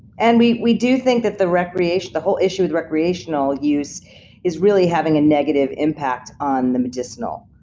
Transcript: and we we do think that the recreation, the whole issue with recreational use is really having a negative impact on the medicinal.